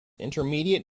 intermediate